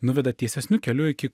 nuveda tiesesniu keliu iki